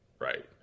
Right